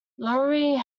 lowry